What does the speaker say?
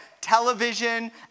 television